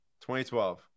2012